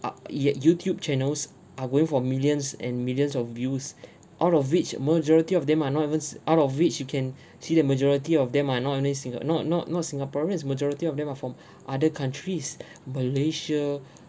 uh ya Youtube channels are going for millions and millions of views out of which majority of them are not even s~ out of which you can see the majority of them are not only singa~ not not not singaporeans majority of them are from other countries malaysia